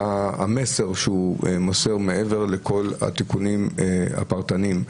מה המסר שהוא מוסר מעבר לכל התיקונים הפרטניים,